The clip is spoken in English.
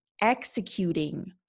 executing